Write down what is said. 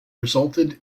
resulted